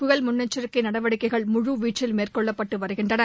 புயல் முன்னெச்சிக்கை நடவடிக்கைகள் முழுவீச்சில் மேற்கொள்ளப்பட்டு வருகின்றன